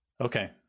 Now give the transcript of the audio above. Okay